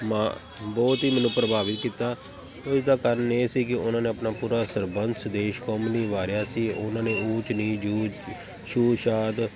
ਮਾਂ ਬਹੁਤ ਹੀ ਮੈਨੂੰ ਪ੍ਰਭਾਵਿਤ ਕੀਤਾ ਇਸਦਾ ਕਾਰਨ ਇਹ ਸੀ ਕਿ ਉਹਨਾਂ ਨੇ ਆਪਣਾ ਪੂਰਾ ਸਰਬੰਸ ਦੇਸ਼ ਕੌਮ ਲਈ ਵਾਰਿਆ ਸੀ ਉਹਨਾਂ ਨੇ ਊਚ ਨੀਚ ਜੂ ਛੂਤ ਛਾਤ